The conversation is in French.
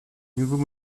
nouveaux